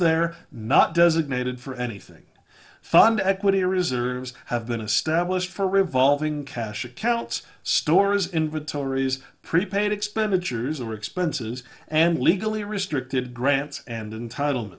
there not designated for anything fund equity or reserves have been established for revolving cash accounts stores inventories prepaid expenditures or expenses and legally restricted grants and entitle